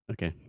Okay